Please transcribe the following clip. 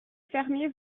fermiers